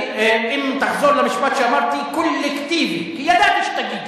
אם תחזור למשפט שאמרתי: קולקטיב, כי ידעתי שתגידו.